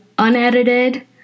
unedited